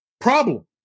Problem